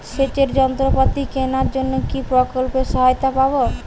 সেচের যন্ত্রপাতি কেনার জন্য কি প্রকল্পে সহায়তা পাব?